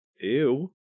ew